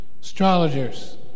Astrologers